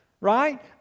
Right